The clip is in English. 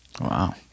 wow